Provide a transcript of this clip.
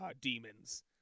demons